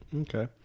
Okay